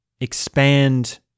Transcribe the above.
expand